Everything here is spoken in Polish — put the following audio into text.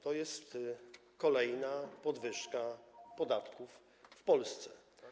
To jest kolejna podwyżka podatków w Polsce.